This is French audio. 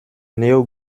néo